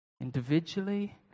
individually